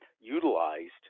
utilized